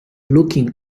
looking